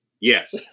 Yes